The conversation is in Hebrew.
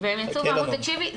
והם יצאו ואמרו: תקשיבי,